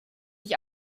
ich